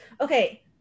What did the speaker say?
okay